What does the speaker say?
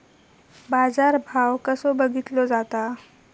बाजार भाव कसो बघीतलो जाता?